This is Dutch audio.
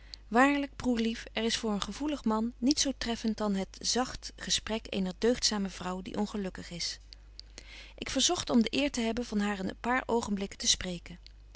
waarlyk broêr lief er is voor een gevoelig man niets zo treffent dan betje wolff en aagje deken historie van mejuffrouw sara burgerhart het zagt gesprek eener deugdzame vrouw die ongelukkig is ik verzogt om de eer te hebben van haar een paar oogenblikken te spreken